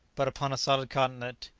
but upon a solid continent,